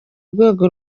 rwego